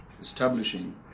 establishing